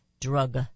drug